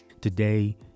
Today